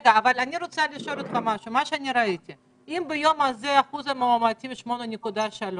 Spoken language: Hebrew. אני רוצה לשאול אותך: אם ביום הזה אחוז המאומתים הוא 8.3,